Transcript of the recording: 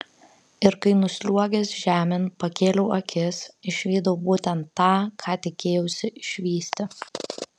ir kai nusliuogęs žemėn pakėliau akis išvydau būtent tą ką tikėjausi išvysti